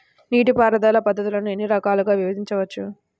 నీటిపారుదల పద్ధతులను ఎన్ని రకాలుగా విభజించవచ్చు?